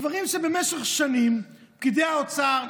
דברים שבמשך שנים פקידי האוצר,